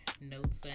notes